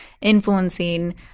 influencing